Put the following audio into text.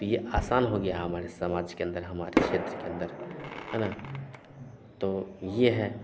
तो यह आसान हो गया है हमारे समाज के अंदर हमारे क्षेत्र के अंदर है ना तो यह है